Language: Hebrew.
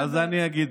הבנתי, אז אני אגיד.